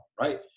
right